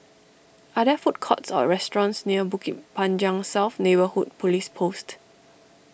are there food courts or restaurants near Bukit Panjang South Neighbourhood Police Post